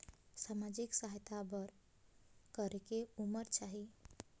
समाजिक सहायता बर करेके उमर चाही?